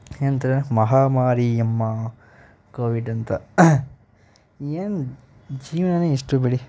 ಏನಂತಾರೆ ಮಹಾಮಾರಿಯಮ್ಮ ಕೋವಿಡ್ ಅಂತ ಏನು ಜೀವನನೇ ಇಷ್ಟು ಬಿಡಿ